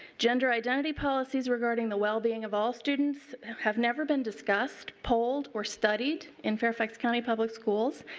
gender identity policies regarding the well being of all students have never been discussed, polled or studies in fairfax county public schools.